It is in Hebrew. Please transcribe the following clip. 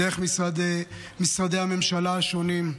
דרך משרדי הממשלה השונים,